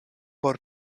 por